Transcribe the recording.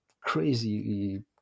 crazy